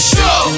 Show